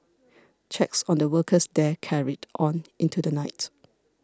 checks on the workers there carried on into the night